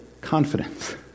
confidence